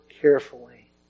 carefully